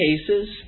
cases